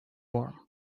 warm